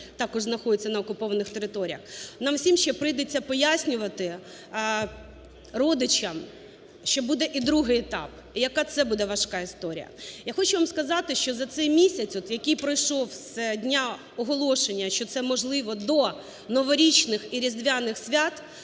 також знаходяться на окупованих територіях. Нам всім ще прийдеться пояснювати родичам, що буде і другий етап і яка це буде важка історія. Я хочу вам сказати, що за цей місяць, який пройшов з дня оголошення, що це, можливо, до новорічних і різдвяних свят,